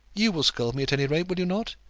you will scold me at any rate will you not?